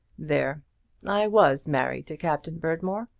there i was married to captain berdmore.